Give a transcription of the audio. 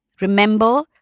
Remember